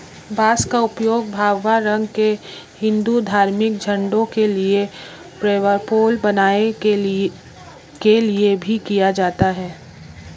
बांस का उपयोग भगवा रंग के हिंदू धार्मिक झंडों के लिए फ्लैगपोल बनाने के लिए भी किया जाता है